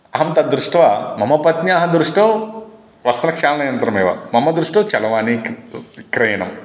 अहं तद्दृष्ट्वा मम पत्न्याः दृष्टौ वस्त्रक्षालनयन्त्रमेव मम दृष्टौ चरवाणीक्रयणं